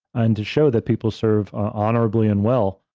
ah and to show that people serve honorably and well,